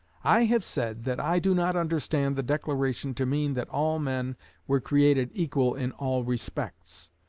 i have said that i do not understand the declaration to mean that all men were created equal in all respects.